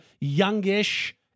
youngish